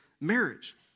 marriage